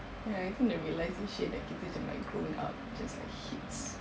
ya I think the realisation that kita macam like growing up just like hits